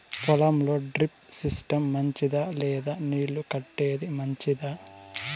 పొలం లో drip system మంచిదా లేదా నీళ్లు కట్టేది మంచిదా?